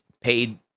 paid